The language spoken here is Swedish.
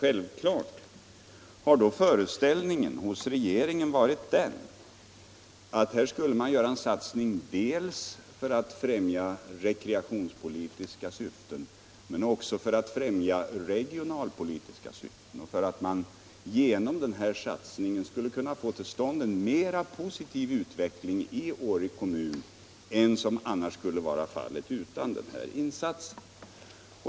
Självklart har då regeringens föreställning varit att satsningen skulle göras dels för att fylla rekreationspolitiska syften, dels för att fylla regionalpolitiska syften genom att med hjälp av satsningen få till stånd en mer positiv utveckling i Åre kommun än vad som skulle vara fallet utan denna insats.